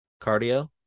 cardio